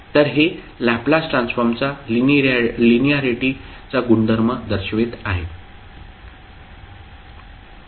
तर हे लॅपलास ट्रान्सफॉर्मचा लिनिअरिटी चा गुणधर्म दर्शवित आहे